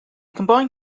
combined